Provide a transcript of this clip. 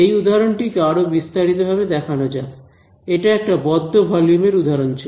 এই উদাহরণটি কে আরো বিস্তারিত ভাবে দেখানো যাকএটা একটা বদ্ধ ভলিউম এর উদাহরণ ছিল